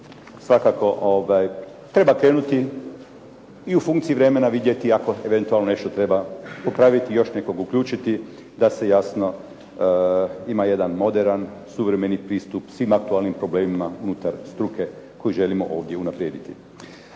svakako treba krenuti i u funkciji vremena vidjeti ako eventualno nešto treba popraviti i još nekog uključiti da se jasno ima jedan moderan, suvremeni pristup svim aktualnim problemima unutar struke koju želimo ovdje unaprijediti.